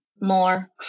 more